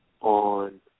on